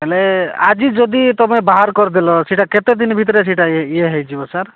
ହେଲେ ଆଜି ଯଦି ତୁମେ ବାହାର କରିଦେଲ ସେଇଟା କେତେ ଦିନ ଭିତରେ ସେଇଟା ଇଏ ହୋଇଯିବ ସାର୍